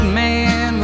man